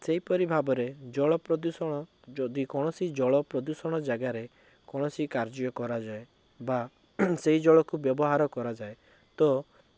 ସେହିପରି ଭାବରେ ଜଳ ପ୍ରଦୂଷଣ ଯଦି କୌଣସି ଜଳ ପ୍ରଦୂଷଣ ଜାଗାରେ କୌଣସି କାର୍ଯ୍ୟ କରାଯାଏ ବା ସେହି ଜଳକୁ ବ୍ୟବହାର କରାଯାଏ ତ